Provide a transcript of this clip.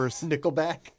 Nickelback